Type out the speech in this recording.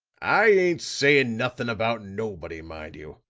i ain't saying nothing about nobody, mind you.